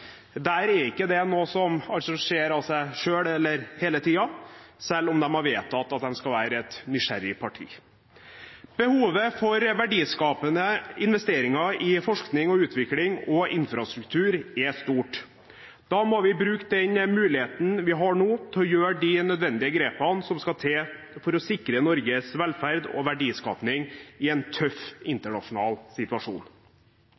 Der er ikke det noe som altså skjer av seg selv hele tiden, selv om de har vedtatt at de skal være et nysgjerrig parti. Behovet for verdiskapende investeringer i forskning, utvikling og infrastruktur er stort. Da må vi bruke den muligheten vi har nå til å gjøre de nødvendige grepene som skal til for å sikre Norges velferd og verdiskapning i en tøff internasjonal situasjon.